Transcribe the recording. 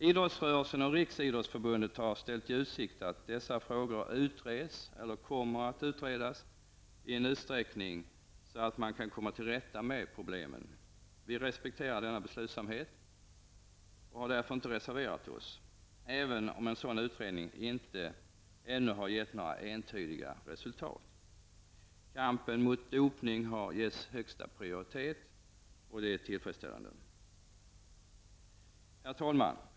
Idrottsrörelsen och riksidrottsförbundet har ställt i utsikt att dessa frågor utreds, eller kommer att utredas, i sådan utsträckning att man kan komma till rätta med problemen. Vi respekterar denna beslutsamhet och har därför inte reserverat oss, även om en sådan utredning inte ännu har gett några entydiga resultat. Kampen mot dopning har getts högsta prioritet. Det är tillfredsställande. Herr talman!